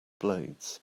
blades